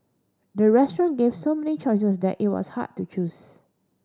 the restaurant gave so many choices that it was hard to choose